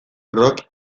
rock